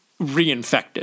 reinfected